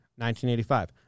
1985